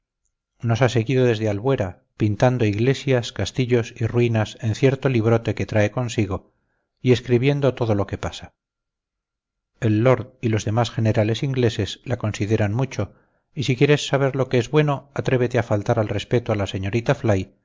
seguido desde la albuera pintando iglesias castillos y ruinas en cierto librote que trae consigo y escribiendo todo lo que pasa el lord y los demás generales ingleses la consideran mucho y si quieres saber lo que es bueno atrévete a faltar al respeto a la señorita